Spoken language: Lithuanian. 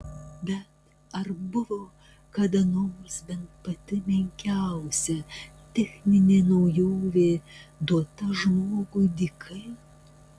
bet ar buvo kada nors bent pati menkiausia techninė naujovė duota žmogui dykai